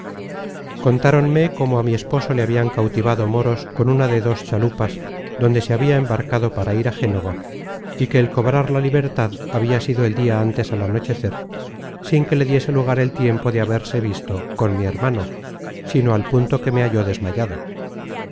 lástima contáronme cómo á mi esposo le habian cautivado moros con una de dos chalupas donde se habia embarcado para ir á génova y que el cobrar la libertad habia sido el dia antes al anochecer sin que le diese lugar el tiempo de haberse visto con mi hermano sino al punto que me halló desmayada